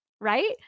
right